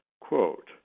quote